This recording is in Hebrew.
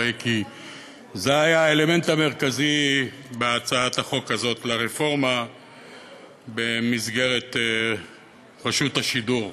כי זה היה האלמנט המרכזי בהצעת החוק הזאת לרפורמה במסגרת רשות השידור.